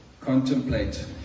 contemplate